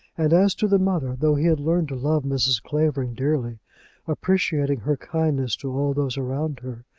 and as to the mother, though he had learned to love mrs. clavering dearly appreciating her kindness to all those around her,